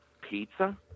pizza